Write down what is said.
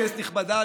כנסת נכבדה,